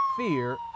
Fear